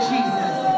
Jesus